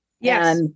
yes